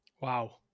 Wow